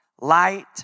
light